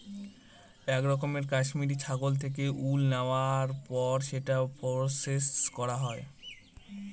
এক রকমের কাশ্মিরী ছাগল থেকে উল নেওয়ার পর সেটা প্রসেস করা হয়